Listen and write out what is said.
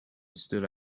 stood